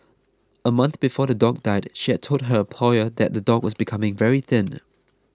a month before the dog died she had told her employer that the dog was becoming very thin